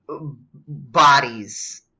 bodies